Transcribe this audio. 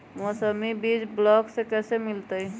मौसमी बीज ब्लॉक से कैसे मिलताई?